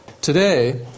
Today